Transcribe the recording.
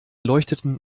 leuchteten